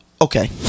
Okay